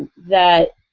that